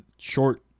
short